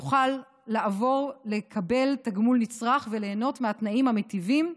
יוכל לעבור לקבל תגמול נצרך וליהנות מהתנאים המיטיבים,